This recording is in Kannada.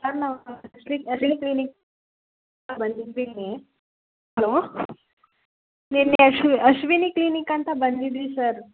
ಹಲೋ ಕ್ಲಿನಿಕ್ ಬಂದಿದ್ದೀನಿ ಹಲೋ ನಿನ್ನೆ ಅಶ್ವಿ ಅಶ್ವಿನಿ ಕ್ಲಿನಿಕ್ ಅಂತ ಬಂದಿದ್ವಿ ಸರ್